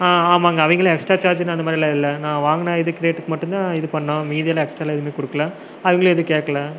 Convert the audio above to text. ஆ ஆமாங்க அவங்களே எஸ்ட்ரா சார்ஜ்ஜெலாம் அந்தமாதிரிலாம் இல்லை நான் வாங்கின இது ரேட்டுக்கு மட்டும்தான் இது பண்ணிணோம் மீதியெல்லாம் எக்ஸ்ட்ராவெலாம் எதுவும் கொடுக்குல அவங்களும் எதுவும் கேட்கல